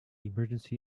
emergency